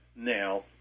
Now